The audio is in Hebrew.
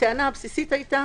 הטענה הבסיסית היתה